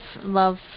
love